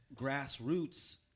grassroots